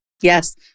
yes